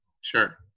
Sure